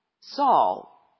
Saul